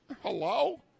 Hello